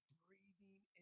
breathing